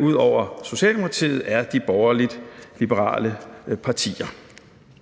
ud over Socialdemokratiet, er de borgerlig-liberale partier,